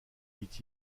dit